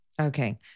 Okay